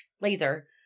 laser